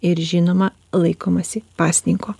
ir žinoma laikomasi pasninko